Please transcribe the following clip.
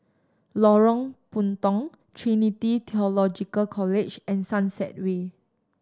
Lorong Puntong Trinity Theological College and Sunset Way